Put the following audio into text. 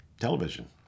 television